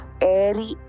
airy